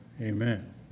Amen